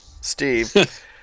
Steve